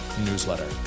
newsletter